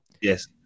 Yes